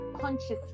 consciously